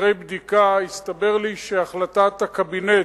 שאחרי בדיקה הסתבר לי שהחלטת הקבינט,